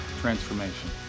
transformation